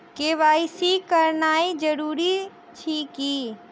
KYC करानाइ जरूरी अछि की?